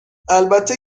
البته